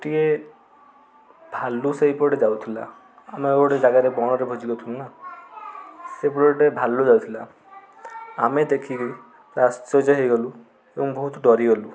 ଗୋଟିଏ ଭାଲୁ ସେଇପଟେ ଯାଉଥିଲା ଆମେ ଗୋଟେ ଜାଗାରେ ବଣରେ ଭୋଜି କରୁଥିଲୁ ନା ସେପଟେ ଗୋଟେ ଭାଲୁ ଯାଉଥିଲା ଆମେ ଦେଖିକି ଆଶ୍ଚର୍ଯ୍ୟ ହୋଇଗଲୁ ଏବଂ ବହୁତ ଡରିଗଲୁ